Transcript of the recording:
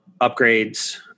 upgrades